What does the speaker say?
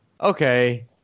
okay